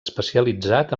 especialitzat